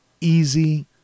easy